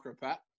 Pat